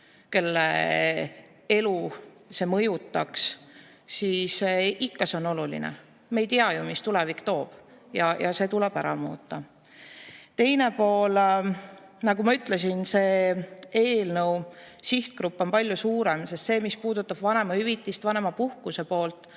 kelle elu see mõjutaks, oleks see ikka oluline. Me ei tea ju, mis tulevik toob. See tuleb ära muuta. Teine pool. Nagu ma ütlesin, eelnõu sihtgrupp on palju suurem, sest see, mis puudutab vanemahüvitist, vanemapuhkust,